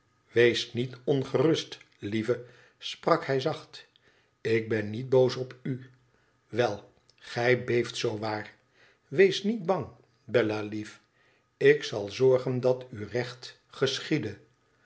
wees niet ongerust lieve sprak hij zacht lik ben niet boos op u wel gij beeft zoo waar wees niet bang bellalief ik zal zorgen dat u recht geschiede